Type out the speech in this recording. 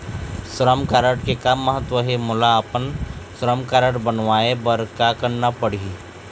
श्रम कारड के का महत्व हे, मोला अपन श्रम कारड बनवाए बार का करना पढ़ही?